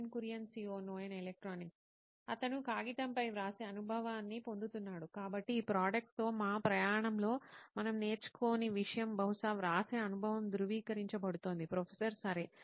Nitin Kurian COO నోయిన్ electronics అతను కాగితంపై వ్రాసే అనుభవాన్ని పొందుతున్నాడు కాబట్టి ఈ ప్రోడక్ట్ తో మా ప్రయాణంలో మనం నేర్చుకోని విషయం బహుశా వ్రాసే అనుభవం ధృవీకరించబడుతోంది ప్రొఫెసర్ సరే